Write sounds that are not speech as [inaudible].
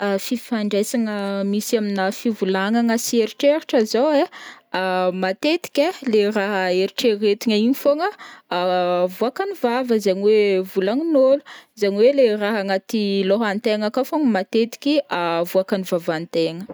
[hesitation] fifandrasaigna misy amina fivolagnagna sy eritreritra zao ai, [hesitation] matetiky ai leha raha eritreretigna igny fogna [hesitation] avoakan'ny vava iziagny hoe volagnin'ôlo izaign hoe raha agnaty lohantegna aka fogna matetiky [hesitation] avoakan'ny vavantegna.